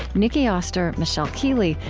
nicki oster, michelle keeley,